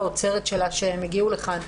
האוצרת שהגיעו לכאן,